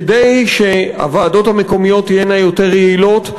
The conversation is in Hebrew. כדי שהוועדות המקומיות תהיינה יותר יעילות,